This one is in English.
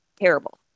terrible